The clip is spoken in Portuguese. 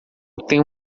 tenho